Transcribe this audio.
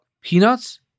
Peanuts